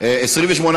התשע"ח 2018,